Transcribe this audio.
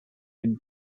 den